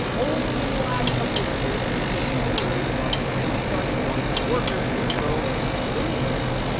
only in the last couple of years have gains in the labor market really started going to workers in low-wage industries.